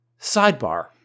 Sidebar